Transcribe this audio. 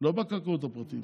לא בקרקעות הפרטיות.